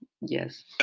yes